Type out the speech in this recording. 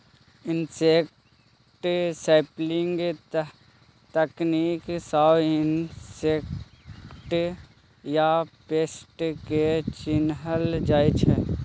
insect sampling तकनीक सँ insect या पेस्ट केँ चिन्हल जाइ छै